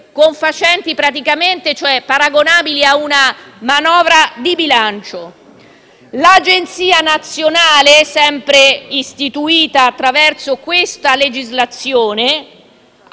confiscati, cifra paragonabile a una manovra di bilancio. L'Agenzia nazionale, sempre istituita attraverso questa legislazione,